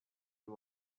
you